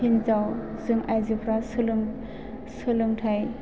हिन्जाव जों आइजोफ्रा सोलोंथाइ